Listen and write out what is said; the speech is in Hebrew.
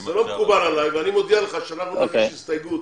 זה לא מקובל עליי ואני מודיע לך שאנחנו נגיש הסתייגות